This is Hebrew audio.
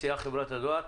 שמציעה חברת הדואר.